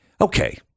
Okay